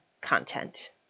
content